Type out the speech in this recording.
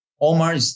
Omar